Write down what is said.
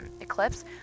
Eclipse